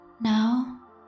Now